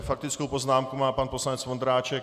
Faktickou poznámku má pan poslanec Vondráček.